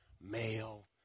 male